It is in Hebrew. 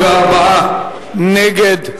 54 נגד,